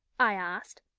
i asked.